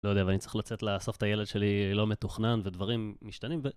לא יודע, אבל אני צריך לצאת לאסוף את הילד שלי, לא מתוכנן ודברים משתנים ו...